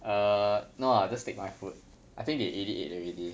err no lah just take my food I think they already ate already